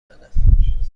دادم